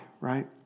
right